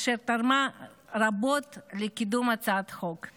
אשר תרמה רבות לקידום הצעת החוק.